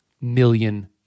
million